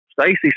Stacy